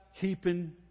keeping